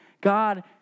God